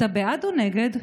אתה בעד או נגד?